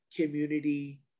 community